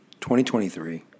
2023